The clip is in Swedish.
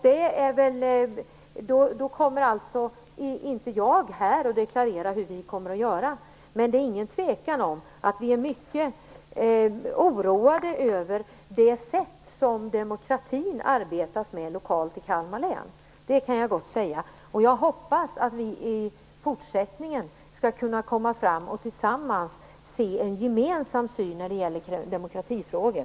Då kommer inte jag här att deklarera hur vi kommer att göra, men det är inget tvivel om att vi är mycket oroade över det sätt på vilket man lokalt i Kalmar län arbetar med demokratin. Det kan jag gott säga. Jag hoppas att vi i fortsättningen skall kunna komma vidare och nå en gemensam syn när det gäller demokratifrågor.